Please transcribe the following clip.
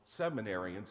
seminarians